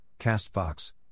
Castbox